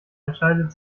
entscheidet